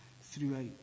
throughout